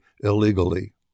illegally